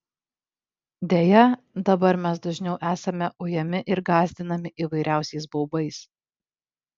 deja dabar mes dažniau esame ujami ir gąsdinami įvairiausiais baubais